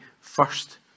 first